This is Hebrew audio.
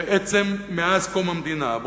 שבעצם מאז קום המדינה,